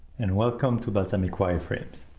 and welcome to balsamiq wireframes.